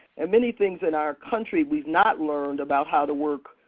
and many things in our country we've not learned about how to work